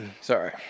Sorry